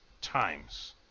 times